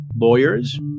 lawyers